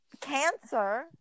cancer